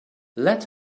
let